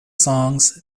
songs